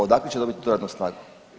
Odakle će dobiti tu radnu snagu?